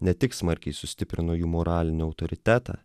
ne tik smarkiai sustiprino jų moralinį autoritetą